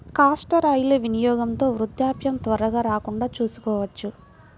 castor oil వినియోగంతో వృద్ధాప్యం త్వరగా రాకుండా చూసుకోవచ్చు